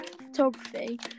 photography